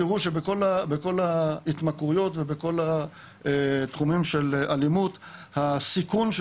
תראו שבכל ההתמכרויות ובכל התחומים של האלימות הסיכון של